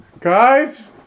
Guys